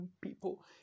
people